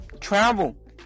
travel